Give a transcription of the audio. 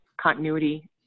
continuity